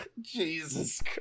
Jesus